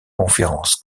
conférence